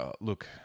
look